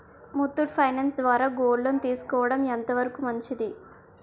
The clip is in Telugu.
ముత్తూట్ ఫైనాన్స్ ద్వారా గోల్డ్ లోన్ తీసుకోవడం ఎంత వరకు మంచిది?